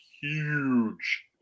huge